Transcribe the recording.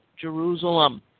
Jerusalem